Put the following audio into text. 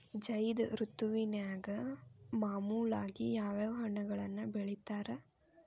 ಝೈದ್ ಋತುವಿನಾಗ ಮಾಮೂಲಾಗಿ ಯಾವ್ಯಾವ ಹಣ್ಣುಗಳನ್ನ ಬೆಳಿತಾರ ರೇ?